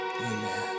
amen